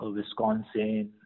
Wisconsin